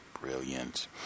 brilliant